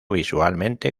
visualmente